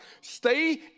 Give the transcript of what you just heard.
Stay